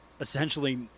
essentially